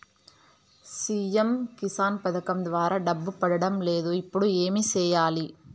CM Kisan పథకం ద్వారా డబ్బు పడడం లేదు ఇప్పుడు ఏమి సేయాలి